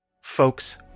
Folks